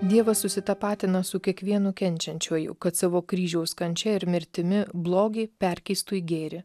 dievas susitapatina su kiekvienu kenčiančiuoju kad savo kryžiaus kančia ir mirtimi blogį perkeistų į gėrį